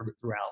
throughout